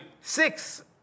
six